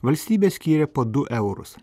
valstybė skyrė po du eurus